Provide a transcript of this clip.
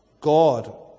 God